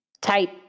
Type